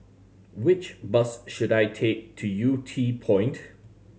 which bus should I take to Yew Tee Point